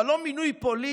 אבל לא מינוי פוליטי,